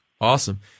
Awesome